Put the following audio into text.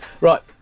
Right